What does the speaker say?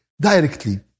directly